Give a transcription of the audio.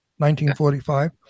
1945